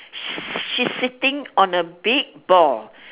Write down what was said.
she's sitting on a big ball